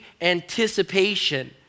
anticipation